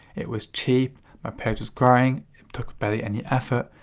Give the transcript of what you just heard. it was cheap, my page was growing, it took barely any effort,